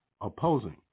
opposing